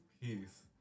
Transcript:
Peace